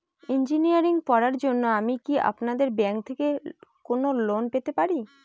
Engineering পড়ার জন্য আমি কি আপনাদের ব্যাঙ্ক থেকে কোন লোন পেতে পারি?